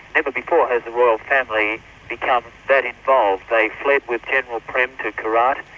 never before has the royal family become that involved. they fled with general prem to khorat,